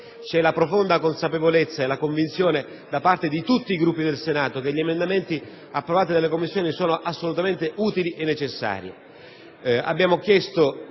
la profonda consapevolezza e la convinzione da parte di tutti i Gruppi del Senato che gli emendamenti approvati dalle Commissioni sono assolutamente utili e necessari.